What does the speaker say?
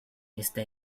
esta